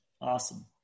Awesome